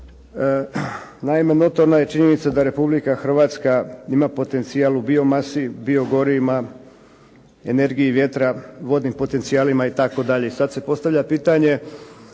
Naime, notorna je činjenica da Republika Hrvatska ima potencijal u bio masi, bio gorivima, energiji vjetra, vodnim potencijalima itd., i sada se postavlja pitanje